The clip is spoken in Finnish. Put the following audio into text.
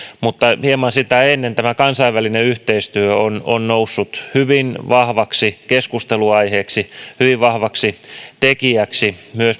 mutta hieman sitä ennen tämä kansainvälinen yhteistyö on on noussut hyvin vahvaksi keskusteluaiheeksi hyvin vahvaksi tekijäksi